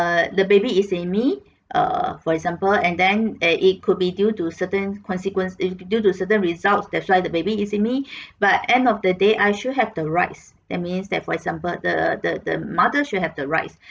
err the baby is in me err for example and then that it could be due to certain consequence if due to certain result that's why the baby is in me but end of the day I should have the rights that means that for example the the the mothers should have the rights